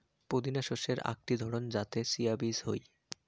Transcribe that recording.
পুদিনা শস্যের আকটি ধরণ যাতে চিয়া বীজ হই